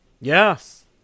Yes